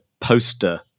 poster